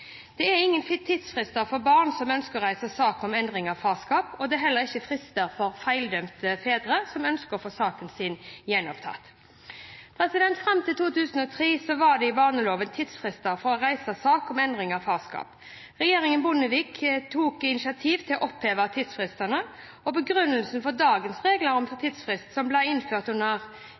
Det er ingen tidsfrister for barn som ønsker å reise sak om endring av farskap. Det er heller ikke frister for feildømte fedre som ønsker å få saken sin gjenopptatt. Fram til 2003 var det i barneloven tidsfrister for å reise sak om endring av farskap. Regjeringen Bondevik tok initiativ til å oppheve tidsfristene. Begrunnelsen for dagens regler om tidsfrister, som ble innført under